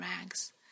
rags